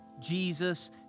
Jesus